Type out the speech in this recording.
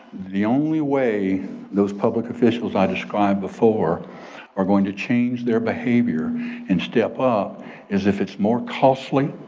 the only way those public officials i described before are going to change their behavior and step up as if it's more costly